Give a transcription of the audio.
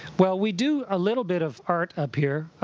well, we do a little bit of art up here,